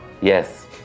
Yes